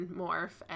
morph